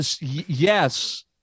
Yes